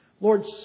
Lord